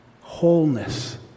Wholeness